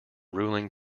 ruling